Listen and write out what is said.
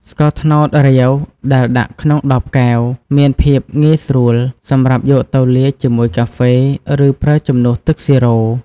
ស្ករត្នោតរាវដែលដាក់ក្នុងដបកែវ មានភាពងាយស្រួលសម្រាប់យកទៅលាយជាមួយកាហ្វេ ឬប្រើជំនួសទឹកស៊ីរ៉ូ។